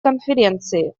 конференции